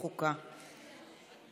חוק ומשפט.